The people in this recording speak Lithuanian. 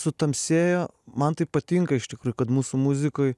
sutamsėjo man taip patinka iš tikrųjų kad mūsų muzikoj